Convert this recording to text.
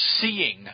seeing